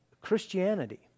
Christianity